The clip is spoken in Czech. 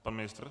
Pan ministr.